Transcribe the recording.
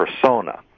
persona